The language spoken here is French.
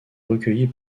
recueillie